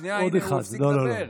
שנייה, הינה, הוא הפסיק לדבר.